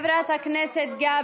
תשתו קפה